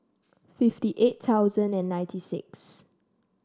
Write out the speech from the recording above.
fifty eight thousand and ninety six